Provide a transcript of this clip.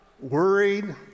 worried